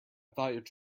thought